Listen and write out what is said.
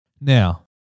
Now